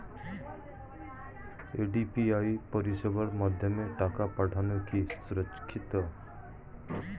UPI পরিষেবার মাধ্যমে টাকা পাঠানো কি সুরক্ষিত?